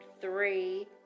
three